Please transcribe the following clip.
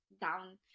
down